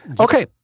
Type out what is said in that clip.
Okay